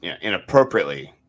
inappropriately